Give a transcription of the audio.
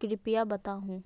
कृपया बताहू?